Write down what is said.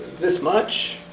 this much